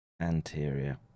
anterior